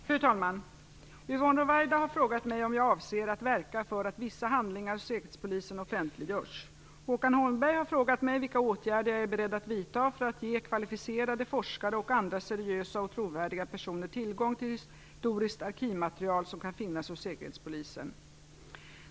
Fru talman! Yvonne Ruwaida har frågat mig om jag avser att verka för att vissa handlingar hos Säkerhetspolisen offentliggörs. Håkan Holmberg har frågat mig vilka åtgärder jag är beredd att vidta för att ge kvalificerade forskare och andra seriösa och trovärdiga personer tillgång till historiskt arkivmaterial som kan finnas hos Säkerhetspolisen.